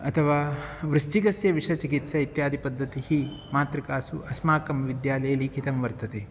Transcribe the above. अथवा वृश्चिकस्य विषचिकित्सा इत्यादिपद्धतिः मातृकासु अस्माकं विद्यालये लिखितं वर्तते